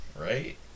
Right